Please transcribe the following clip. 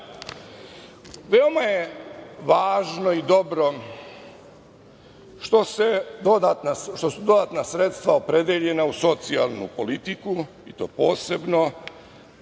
kraja. Veoma je važno i dobro što su dodatna sredstva opredeljena u socijalnu politiku i to se posebno